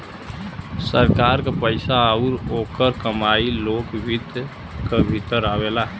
सरकार क पइसा आउर ओकर कमाई लोक वित्त क भीतर आवेला